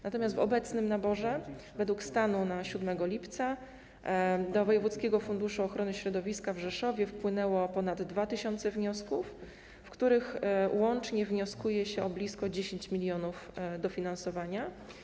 Natomiast w obecnym naborze, według stanu na 7 lipca, do Wojewódzkiego Funduszu Ochrony Środowiska w Rzeszowie wpłynęło ponad 2 tys. wniosków, w których łącznie wnosi się o blisko 10 mln dofinansowania.